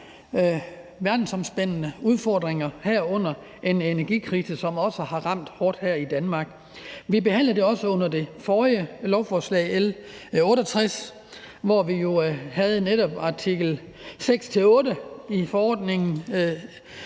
verdensomspændende udfordringer, herunder en energikrise, som også har ramt hårdt her i Danmark. Vi behandlede det også under det forrige lovforslag, L 68, hvor vi jo netop havde artikel 6-8 i forordningen